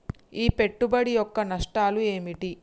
ఈ పెట్టుబడి యొక్క నష్టాలు ఏమిటి?